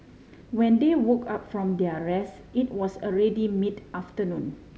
when they woke up from their rest it was already mid afternoon